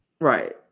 Right